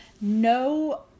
no